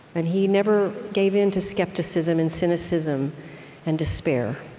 and he never gave in to skepticism and cynicism and despair,